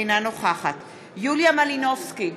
אינה נוכחת יוליה מלינובסקי,